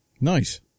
Nice